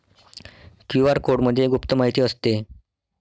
QR कोडमध्ये गुप्त माहिती असते